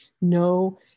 no